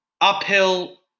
Uphill